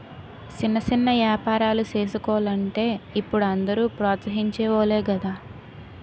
సిన్న సిన్న ఏపారాలు సేసుకోలంటే ఇప్పుడు అందరూ ప్రోత్సహించె వోలే గదా